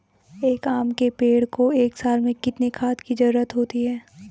एक आम के पेड़ को एक साल में कितने खाद की जरूरत होती है?